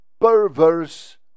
perverse